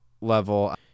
level